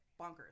bonkers